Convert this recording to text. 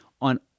on